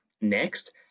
next